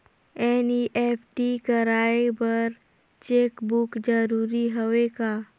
NEFT कराय बर cheque book जरूरी हवय का?